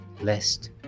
Lest